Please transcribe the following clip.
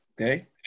Okay